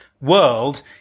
world